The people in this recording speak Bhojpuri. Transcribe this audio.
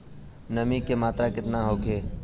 नमी के मात्रा केतना होखे?